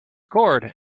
cord